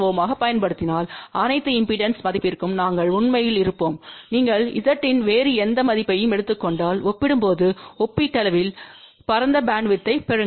7 Ω பயன்படுத்தினால் அனைத்து இம்பெடன்ஸ் மதிப்பிற்கும் நாங்கள் உண்மையில் இருப்போம் நீங்கள் Z இன் வேறு எந்த மதிப்பையும் எடுத்துக் கொண்டால் ஒப்பிடும்போது ஒப்பீட்டளவில் பரந்த பேண்ட்வித்யைப் பெறுங்கள்